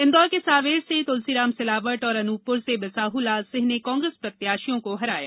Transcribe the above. इंदौर के सांवेर से तुलसीराम सिलावट और अनूपपुर से बिसाहू लाल सिंह ने कांग्रेस प्रत्याशीयों को हराया